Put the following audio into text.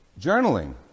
Journaling